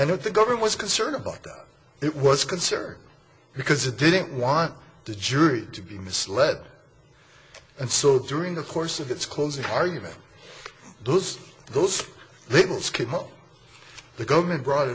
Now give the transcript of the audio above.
what the government's concerned about it was concerned because it didn't want the jury to be misled and so during the course of its closing argument those those labels came up the government brought